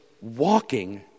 walking